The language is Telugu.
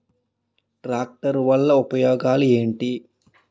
ట్రాక్టర్ వల్ల ఉపయోగాలు ఏంటీ?